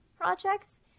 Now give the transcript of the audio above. projects